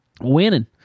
winning